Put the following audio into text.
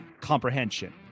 comprehension